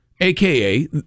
aka